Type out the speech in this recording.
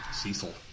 Cecil